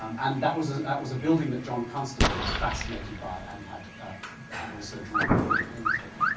um and that was ah that was a building that john constable was fascinated by and had ah had also drawn and and painted.